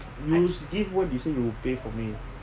you skip what you say you'l pay for me